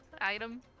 item